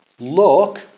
Look